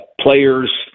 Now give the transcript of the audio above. players